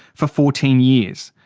for fourteen years.